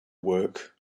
work